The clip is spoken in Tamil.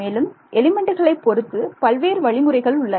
மேலும் எலிமெண்ட்டுகளைப் பொறுத்து பல்வேறு வழிமுறைகள் உள்ளன